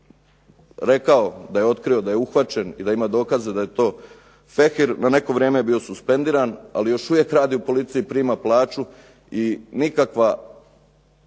rekao da je otkrio da je uhvaćen i da ima dokaze da je to Feher, na neko je vrijeme bio suspendiran, ali još uvijek radi u policiji, prima plaću i nikakav